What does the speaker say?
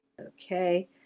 Okay